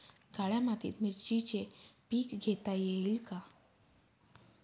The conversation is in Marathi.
काळ्या मातीत मिरचीचे पीक घेता येईल का?